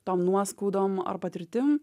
tom nuoskaudom ar patirtim